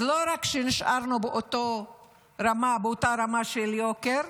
אז לא רק שנשארנו באותה רמה של יוקר,